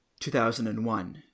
2001